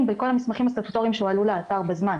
בכל המסמכים הסטטוטורים שהועלו לאתר בזמן.